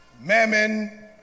Mammon